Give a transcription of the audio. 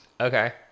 Okay